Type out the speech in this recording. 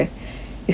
it's quite fun